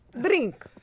Drink